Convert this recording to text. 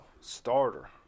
starter